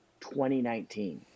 2019